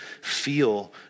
feel